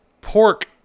pork